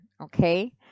Okay